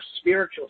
spiritual